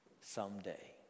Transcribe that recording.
Someday